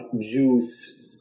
Jews